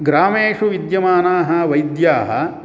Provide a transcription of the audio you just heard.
ग्रामेषु विद्यमानाः वैद्याः